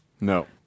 No